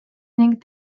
ning